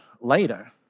later